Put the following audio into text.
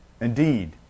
Indeed